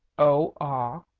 oh ah!